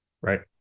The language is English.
Right